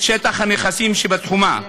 את שטח הנכסים שבתחומה,